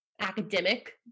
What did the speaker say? Academic